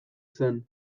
zen